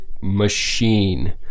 machine